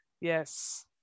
Yes